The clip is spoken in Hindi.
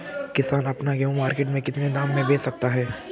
किसान अपना गेहूँ मार्केट में कितने दाम में बेच सकता है?